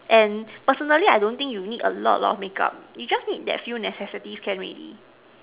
and personally I don't think you need a lot a lot of makeup you just need the few necessity can already